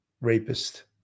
rapist